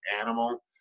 animal